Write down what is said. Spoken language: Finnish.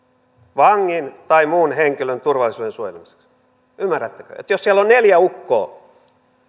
vangin tai muun henkilön turvallisuuden suojelemiseksi ymmärrättekö että jos siellä on neljä ukkoa